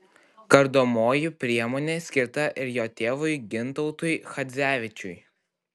kardomoji priemonė skirta ir jo tėvui gintautui chadzevičiui